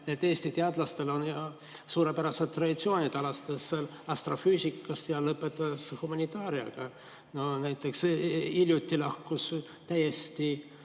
Eesti teadlastel on suurepärased traditsioonid, alates astrofüüsikast ja lõpetades humanitaariaga. Hiljuti lahkus [meie